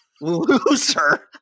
loser